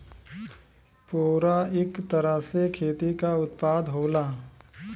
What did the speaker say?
पुवरा इक तरह से खेती क उत्पाद होला